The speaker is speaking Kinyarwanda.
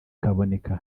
kaboneka